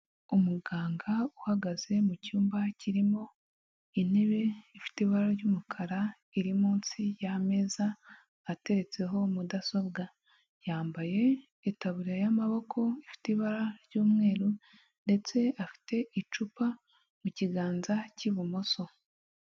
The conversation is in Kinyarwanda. Umuganga uhagaze mu cyumba kirimo intebe ifite ibara ry'umukara iri munsi y'ameza ateretseho mudasobwa, yambaye itaburiya y'amaboko ifite ibara ry'umweru ndetse afite icupa mu kiganza cy'ibumoso.